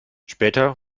später